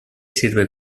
sirve